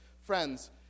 Friends